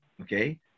Okay